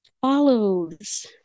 follows